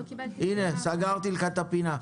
הנה, סגרתי לך את הפינה.